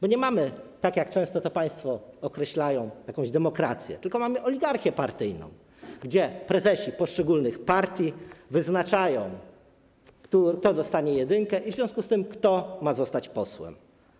My nie mamy, tak jak często to państwo określają, jakiejś demokracji, tylko mamy oligarchię partyjną, gdzie prezesi poszczególnych partii wyznaczają, kto dostanie jedynkę i w związku z tym, kto ma zostać posłem.